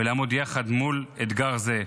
ולעמוד יחד מול אתגר זה.